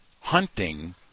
hunting